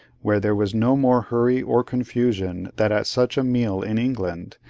where there was no more hurry or confusion than at such a meal in england,